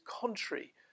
contrary